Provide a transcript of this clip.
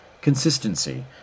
Consistency